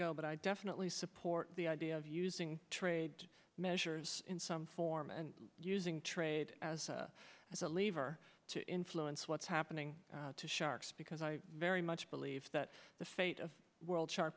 go but i definitely support the idea of using trade measures in some form and using trade as a lever to influence what's happening to sharks because i very much believe that the fate of world shar